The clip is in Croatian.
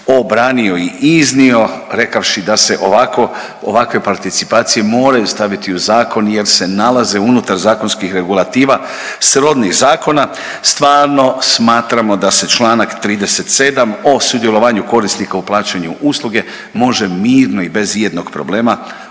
obranio i iznio rekavši da se ovako, ovakve participacije moraju staviti u zakon jer se nalaze unutar zakonskih regulativa srodnih zakona, stvarno smatramo da se čl. 37 o sudjelovanju korisnika u plaćanju usluge može mirno i bez ijednog problema